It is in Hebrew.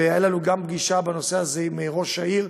והייתה לנו גם פגישה בנושא עם ראש העיר,